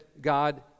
God